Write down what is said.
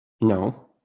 No